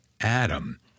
Adam